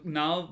now